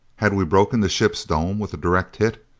had we broken the ship's dome with a direct hit?